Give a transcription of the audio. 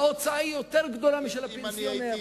ההוצאה היא יותר גדולה משל הפנסיונר.